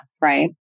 Right